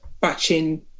batching